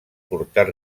portar